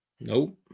Nope